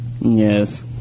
yes